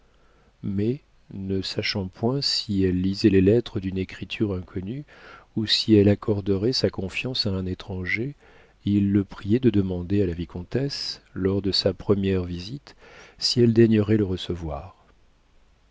mais ne sachant point si elle lisait les lettres d'une écriture inconnue ou si elle accorderait sa confiance à un étranger il le priait de demander à la vicomtesse lors de sa première visite si elle daignerait le recevoir